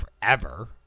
forever